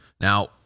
Now